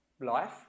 life